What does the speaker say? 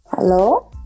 Hello